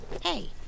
Hey